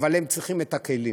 אבל הם צריכים את הכלים,